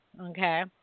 Okay